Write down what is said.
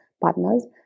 partners